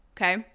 okay